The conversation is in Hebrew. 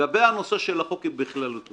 לגבי הנושא של החוק בכללותו